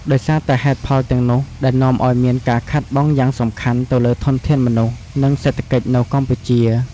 ដោយសារតែហេតុផលទាំងនោះ ដែលនាំឱ្យមានការខាតបង់យ៉ាងសំខាន់ទៅលើធនធានមនុស្ស និងសេដ្ឋកិច្ចនៅកម្ពុជា។